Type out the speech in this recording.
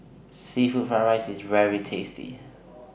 Seafood Fried Rice IS very tasty